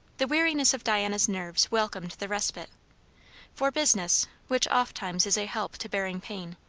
the weariness of diana's nerves welcomed the respite for business, which oftimes is a help to bearing pain,